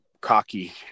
cocky